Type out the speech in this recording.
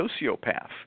sociopath